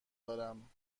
دارم